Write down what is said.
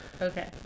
Okay